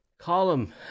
column